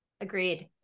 agreed